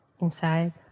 Inside